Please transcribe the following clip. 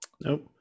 Nope